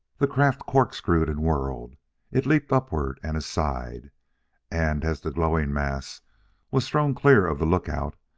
the craft corkscrewed and whirled it leaped upward and aside and, as the glowing mass was thrown clear of the lookout,